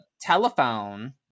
telephone